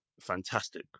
fantastic